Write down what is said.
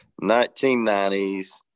1990s